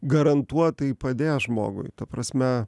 garantuotai padės žmogui ta prasme